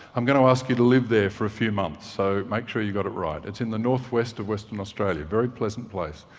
i'm going to ask you to live there for a few months, so make sure you've got it right. it's in the northwest of western australia, very pleasant place.